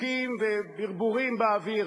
צקצוקים וברבורים באוויר.